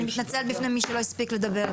אני מתנצלת בפני מי שלא הספיק לדבר.